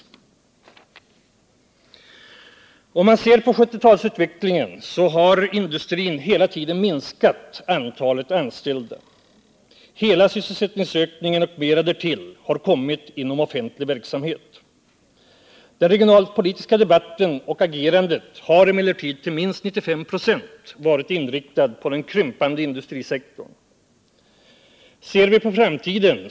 Om man ser på utvecklingen under 1970-talet, finner man att industrin hela tiden har minskat antalet anställda. Hela sysselsättningsökningen och mera därtill har kommit inom offentlig verksamhet. Den regionalpolitiska debatten och det regionalpolitiska agerandet har emellertid till minst 95 26 inriktats på den krympande industrisektorn.